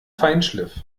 feinschliff